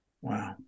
Wow